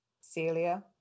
Celia